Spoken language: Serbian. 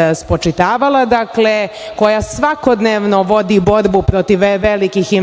ovo spočitavala, dakle, koja svakodnevno vodi borbu protiv velikih investicija